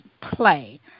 play